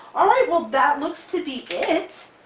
alright, well, that looks to be it!